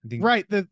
right